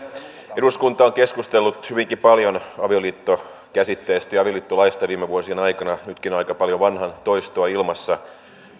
eduskunta on keskustellut hyvinkin paljon avioliittokäsitteestä ja avioliittolaista viime vuosien aikana nytkin on aika paljon vanhan toistoa ilmassa